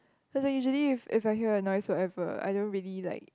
cause like usually if if I hear a noise whatever I don't really like